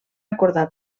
acordar